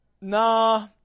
Nah